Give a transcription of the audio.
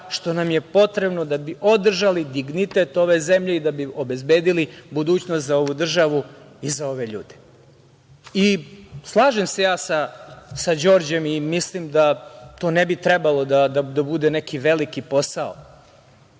što nam je potrebno da bi održali dignitet ove zemlje i da bi obezbedili budućnost za ovu državu i za ove ljude. Slažem se ja sa Đorđem i mislim da to ne bi trebalo da bude neki veliki posao,